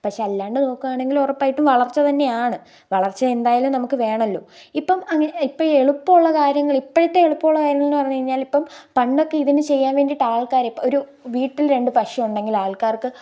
പക്ഷേ അല്ലാണ്ട് നോക്കുകയാണെങ്കില് ഉറപ്പായിട്ടും വളര്ച്ച തന്നെയാണ് വളര്ച്ച എന്തായാലും നമുക്ക് വേണമല്ലോ ഇപ്പം അങ്ങനെ ഇപ്പം എളുപ്പമുള്ള കാര്യങ്ങൾ ഇപ്പോഴത്തെ എളുപ്പമുള്ള കാര്യങ്ങളെന്നു പറഞ്ഞു കഴിഞ്ഞാല് ഇപ്പം പണ്ടൊക്കെ ഇതിന് ചെയ്യാന് വേണ്ടിയിട്ട് ആക്കാർ ഒരു വീട്ടില് രണ്ട് പശു ഉണ്ടെങ്കില് ആള്ക്കാര്ക്ക്